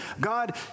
God